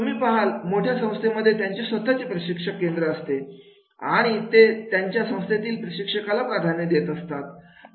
तुम्ही पहाल मोठ्या संस्थांमध्ये त्याचे स्वतःचे प्रशिक्षण केंद्र असते आणि ते त्यांच्या संस्थेतील प्रशिक्षकाला प्राधान्य देत असतात